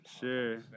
sure